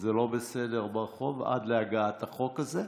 וזה לא בסדר, ברחוב, עד להגעת החוק הזה.